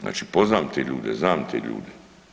Znači poznam te ljude, znam te ljude.